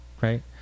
right